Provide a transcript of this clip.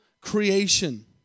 creation